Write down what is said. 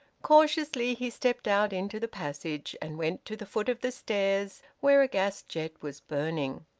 cautiously he stepped out into the passage, and went to the foot of the stairs, where a gas jet was burning.